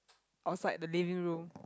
outside the living room